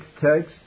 text